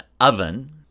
oven